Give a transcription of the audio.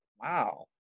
wow